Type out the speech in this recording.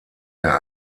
der